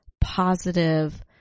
positive